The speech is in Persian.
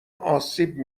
آسیب